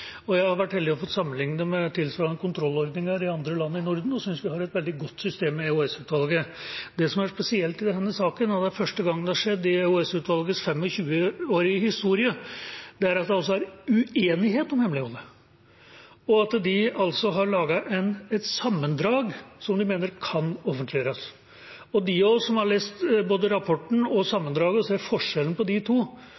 Jeg har vært heldig og fått sammenligne det med tilsvarende kontrollordninger i andre land i Norden og synes vi har et veldig godt system med EOS-utvalget. Det som er spesielt i denne saken – og det er første gang det har skjedd i EOS-utvalgets 25-årige historie – er at det er uenighet om hemmeligholdet, og at de har laget et sammendrag som de mener kan offentliggjøres. Og noen av oss som har lest både rapporten og